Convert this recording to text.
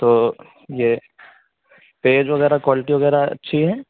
تو یہ پیچ وغیرہ کوالٹی وغیرہ اچھی ہے